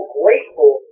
grateful